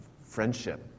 friendship